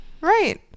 Right